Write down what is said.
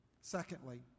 Secondly